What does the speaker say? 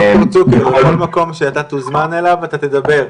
דוקטור צוקר, לכל מקום שאתה תוזמן אליו אתה תדבר.